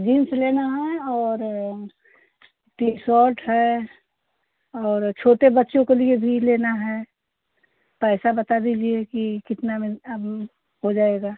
jeans लेना है और टी सर्ट है और छोटे बच्चो को लिए भी लेना है पैसा बता दीजिए कि कितना में हो जाएगा